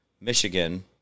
Michigan